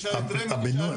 תשאל את רמ"י --- הם